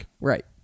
Right